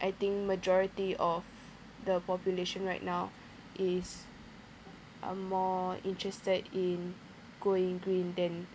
I think majority of the population right now is uh more interested in going green than